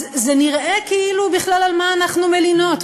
אז זה נראה כאילו, בכלל, על מה אנחנו מלינות?